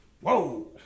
Whoa